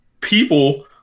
people